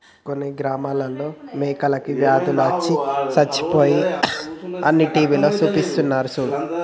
కొన్ని గ్రామాలలో మేకలకి వ్యాధులు అచ్చి సచ్చిపోయాయి అని టీవీలో సూపిస్తున్నారు సూడు